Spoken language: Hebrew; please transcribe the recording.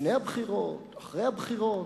לפני הבחירות, אחרי הבחירות,